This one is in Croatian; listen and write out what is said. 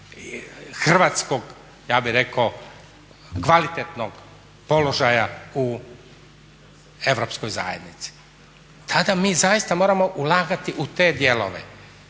hrvatskog ja bih rekao kvalitetnog položaja u Europskoj zajednici. Tada mi zaista moramo ulagati u te dijelove.